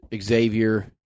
Xavier